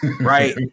right